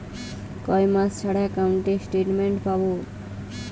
কয় মাস ছাড়া একাউন্টে স্টেটমেন্ট পাব?